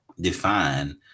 define